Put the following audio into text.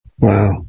Wow